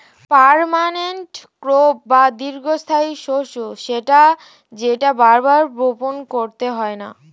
permanent crop বা দীর্ঘস্থায়ী শস্য সেটা যেটা বার বার বপণ করতে হয়না